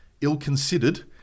ill-considered